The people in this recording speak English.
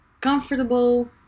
comfortable